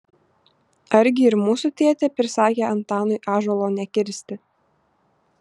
argi ir mūsų tėtė prisakė antanui ąžuolo nekirsti